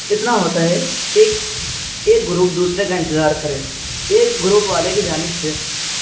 اتنا ہوتا ہے ایک ایک گروپ دوسرے کا انتظار کریں ایک گروپ والے کی جانب سے